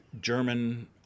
German